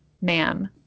ma'am